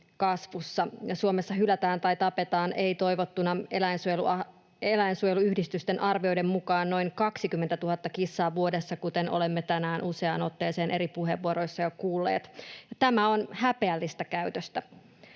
kasvussa, ja Suomessa hylätään tai tapetaan ei-toivottuina eläinsuojeluyhdistysten arvioiden mukaan noin 20 000 kissaa vuodessa, kuten olemme tänään useaan otteeseen eri puheenvuoroissa jo kuulleet. Tämä on häpeällistä käytöstä.